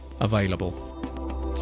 available